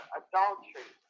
adultery